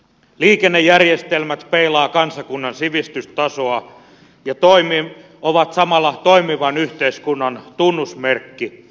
liikennejärjestelmät peilaavat kansakunnan sivistystasoa ja ovat samalla toimivan yhteiskunnan tunnusmerkki